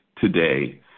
today